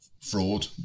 fraud